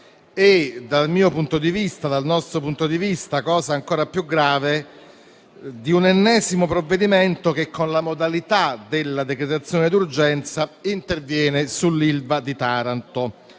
di questo Governo e dal nostro punto di vista - cosa ancora più grave - di un ennesimo provvedimento che, con la modalità della decretazione d'urgenza, interviene sull'Ilva di Taranto,